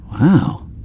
Wow